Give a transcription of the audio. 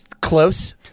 close